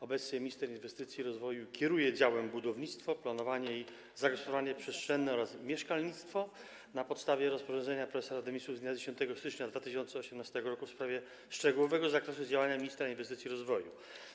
Obecnie minister inwestycji i rozwoju kieruje działem: budownictwo, planowanie i zagospodarowanie przestrzenne oraz mieszkalnictwo na podstawie rozporządzenia prezesa Rady Ministrów z dnia 10 stycznia 2018 r. w sprawie szczegółowego zakresu działania ministra inwestycji i rozwoju.